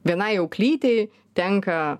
vienai auklytei tenka